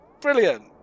Brilliant